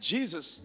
Jesus